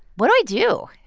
what do i do?